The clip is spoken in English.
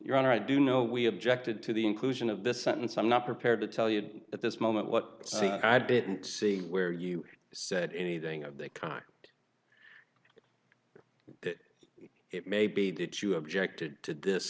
your honor i do know we objected to the inclusion of the sentence i'm not prepared to tell you at this moment what see i didn't see where you said anything of the kind that it may be that you objected to this